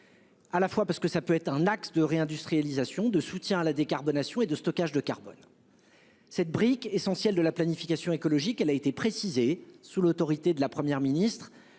à la fois un moyen de réindustrialisation, de soutien à la décarbonation et de stockage de carbone. Cette brique essentielle de la planification écologique a été précisée, sous l'autorité de la Première ministre.